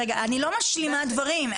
לא, אני לא משלימה דברים.